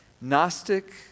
Gnostic